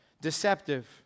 Deceptive